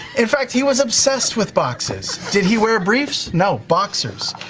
in fact, he was obsessed with boxes. did he wear briefs? no, boxers.